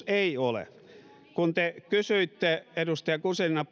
ei ole kun te kysyitte edustaja guzenina